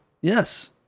Yes